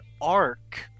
arc